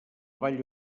vall